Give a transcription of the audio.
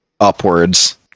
upwards